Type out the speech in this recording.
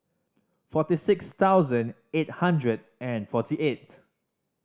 forty six thousand eight hundred and forty eight